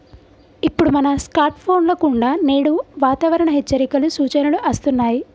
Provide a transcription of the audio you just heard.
ఇప్పుడు మన స్కార్ట్ ఫోన్ల కుండా నేడు వాతావరణ హెచ్చరికలు, సూచనలు అస్తున్నాయి